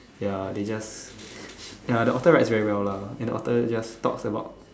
ya they just ya the author writes very well lah and the author just talks about